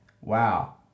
Wow